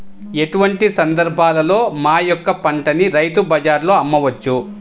ఎటువంటి సందర్బాలలో మా యొక్క పంటని రైతు బజార్లలో అమ్మవచ్చు?